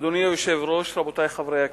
אדוני היושב-ראש, רבותי חברי הכנסת,